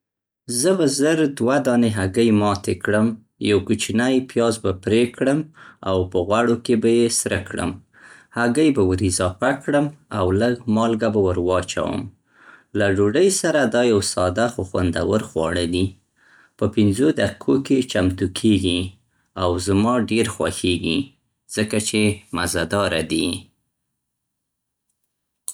زه به زر دوه دانې هګۍ ماتې کړم. یو کوچنی پیاز به پرې کړم او په غوړو کې به یې سره کړم. هګۍ به ور اضافه کړم او لږ مالګه به ور واچوم. له ډوډۍ سره دا یو ساده خو خوندور خواړه دي. په پنځو دقیقو کې چمتو کېږي او زما ډېر خوښېږي ځکه چې مزه داره دي.